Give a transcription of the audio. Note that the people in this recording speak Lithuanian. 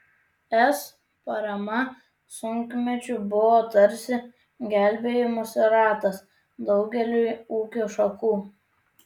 es parama sunkmečiu buvo tarsi gelbėjimosi ratas daugeliui ūkio šakų